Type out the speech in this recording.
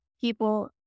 People